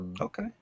Okay